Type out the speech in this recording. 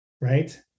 Right